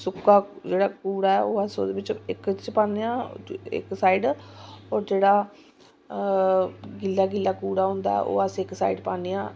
सुक्का जेह्ड़ा कूड़ा ओह्दे बिच्च इक बिच्च पान्ने आं इक साइड होऱ जेह्ड़ा गिल्ला गिल्ला कूड़ा होंदा ओह् अस इक साइड पान्ने आं